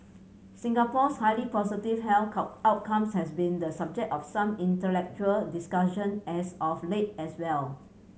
Singapore's highly positive health outcomes has been the subject of some intellectual discussion as of late as well